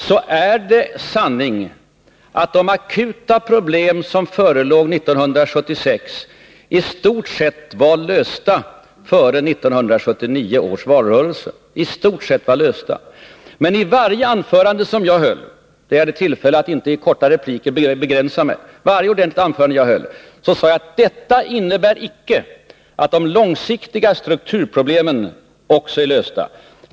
Men det är sanning att de akuta problem som förelåg 1976 i stort sett var lösta före 1979 års valrörelse. Men i varje anförande som jag höll — då jaginte på grund av kort repliktid tvingades begränsa mig — sade jag att detta icke innebar att de långsiktiga strukturproblemen också var lösta.